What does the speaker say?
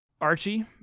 Archie